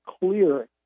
clear